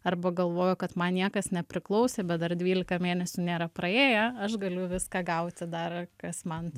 arba galvoju kad man niekas nepriklausė bet dar dvylika mėnesių nėra praėję aš galiu viską gauti dar kas man